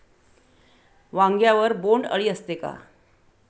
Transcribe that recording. वांग्यावर बोंडअळी असते का?